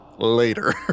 later